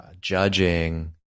judging